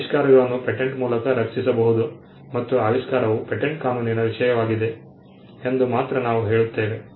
ಎಲ್ಲಾ ಆವಿಷ್ಕಾರಗಳನ್ನು ರಕ್ಷಿಸಬಹುದು ಎಂದು ನಾವು ಹೇಳುವುದಿಲ್ಲ ಆವಿಷ್ಕಾರಗಳನ್ನು ಪೇಟೆಂಟ್ ಮೂಲಕ ರಕ್ಷಿಸಬಹುದು ಮತ್ತು ಆವಿಷ್ಕಾರವು ಪೇಟೆಂಟ್ ಕಾನೂನಿನ ವಿಷಯವಾಗಿದೆ ಎಂದು ಮಾತ್ರ ನಾವು ಹೇಳುತ್ತೇವೆ